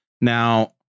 now